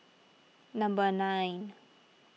number nine